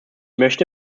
möchte